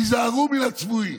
"היזהרו מן הצבועים".